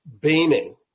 beaming